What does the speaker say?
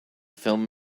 film